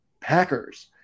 Packers